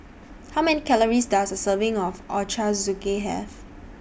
How Many Calories Does A Serving of Ochazuke Have